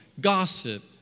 gossip